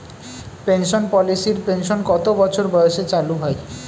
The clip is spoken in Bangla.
পেনশন পলিসির পেনশন কত বছর বয়সে চালু হয়?